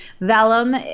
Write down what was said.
Vellum